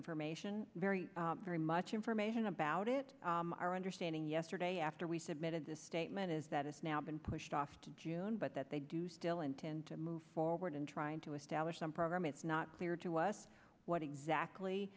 information very very much information about it our understanding yesterday after we submitted this statement is that it's now been pushed off but that they do still intend to move forward in trying to establish some program it's not clear to us what exactly